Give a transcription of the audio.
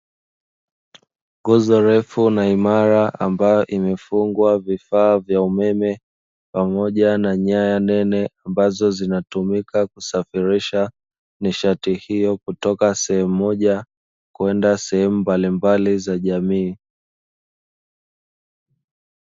Nguzo refu na imara ambayo imefungwa vifaa vya umeme pamoja na nyaya nene, ambazo zinatumika kusafirisha nishati hiyo kutoka sehemu moja kwenda sehemu mbalimbali za jamii.